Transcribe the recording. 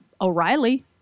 O'Reilly